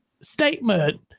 statement